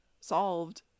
solved